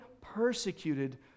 persecuted